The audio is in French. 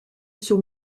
sur